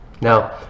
Now